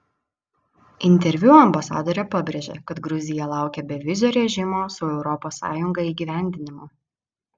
interviu ambasadorė pabrėžė kad gruzija laukia bevizio režimo su europos sąjunga įgyvendinimo